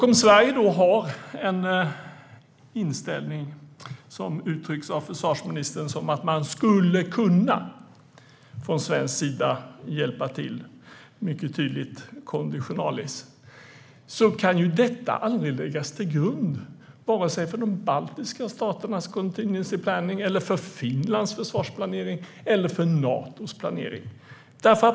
Om Sverige då har den inställning som uttrycks av försvarsministern som att man från svensk sida skulle kunna - mycket tydligt konditionalis - hjälpa till, kan ju detta aldrig läggas till grund för vare sig de baltiska staternas contingency planning, Finlands försvarsplanering eller Natos planering.